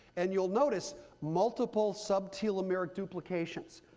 and you'll notice multiple sub telemere duplications,